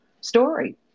story